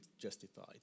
justified